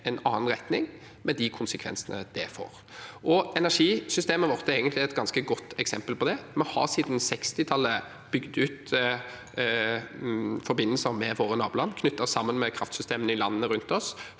en annen retning, med de konsekvensene det får. Energisystemet vårt er egentlig et ganske godt eksempel på det. Vi har siden 1960-tallet bygd ut forbindelser med våre naboland, knyttet oss sammen med kraftsystemene i landene rundt oss,